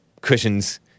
Cushions